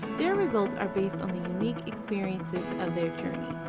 their results are based on the unique experiences of their journey.